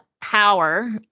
power